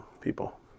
people